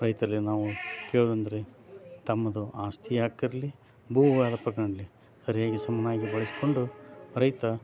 ರೈತರಲ್ಲಿ ನಾವು ಕೇಳೋದಂದ್ರೆ ತಮ್ಮದು ಆಸ್ತಿಯ ಹಕ್ಕಿರ್ಲಿ ಭೂ ವಿವಾದ ಪ್ರಕರಣ ಇರಲಿ ಸರಿಯಾಗಿ ಸಮನಾಗಿ ಬಳಸಿಕೊಂಡು ರೈತ